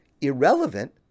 irrelevant